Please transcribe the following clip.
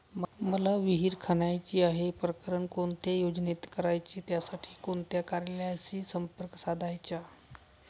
मला विहिर खणायची आहे, प्रकरण कोणत्या योजनेत करायचे त्यासाठी कोणत्या कार्यालयाशी संपर्क साधायचा?